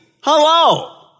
Hello